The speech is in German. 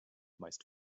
meist